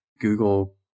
Google